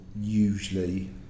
usually